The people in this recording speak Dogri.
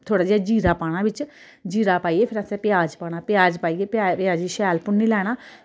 ते थोह्ड़ा जेहा जीरा पाना बिच जीरा पाइयै फ्ही असें प्याज पाना प्याज पाइयै प्याज गी शैल भुन्नी लैना